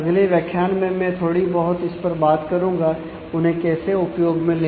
अगले व्याख्यान में मैं थोड़ी बहुत इस पर बात करूंगा कि उन्हें कैसे उपयोग में ले